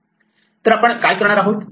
तर आपण काय करणार आहोत